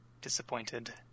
disappointed